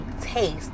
taste